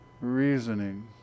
reasoning